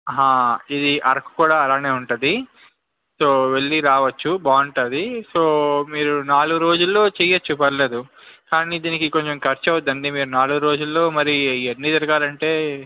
ఇది అరకు కూడా అలాగే ఉంటుంది సో వెళ్ళి రావచ్చు బాగుంటుంది సో మీరు నాలుగు రోజుల్లో చెయ్యచ్చు పర్లేదు కానీ దీనికి కొంచెం ఖర్చు అవుతుంది మీరు నాలుగు రోజుల్లో మరి ఇవి అన్నీ తిరగాలంటే